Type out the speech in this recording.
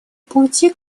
пути